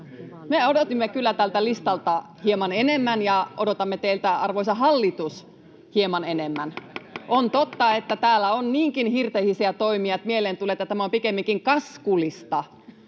Me odotimme kyllä tältä listalta hieman enemmän ja odotamme teiltä, arvoisa hallitus, hieman enemmän. On totta, että täällä on niinkin hirtehisiä toimia, että mieleen tulee, että tämä on pikemminkin kaskulista